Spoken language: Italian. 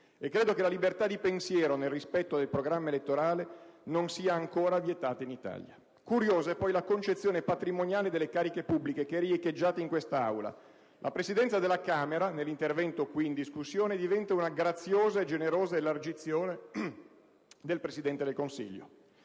Credo che la libertà di pensiero, nel rispetto del programma elettorale, non sia ancora vietata in Italia. Curiosa è poi la concezione patrimoniale delle cariche pubbliche che è riecheggiata in quest'Aula. La Presidenza della Camera, nell'intervento qui in discussione, diventa una graziosa e generosa elargizione del Presidente del Consiglio.